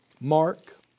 Mark